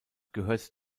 gehört